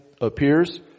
appears